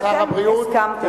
שאתם הסכמתם לו.